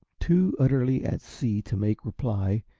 too utterly at sea to make reply,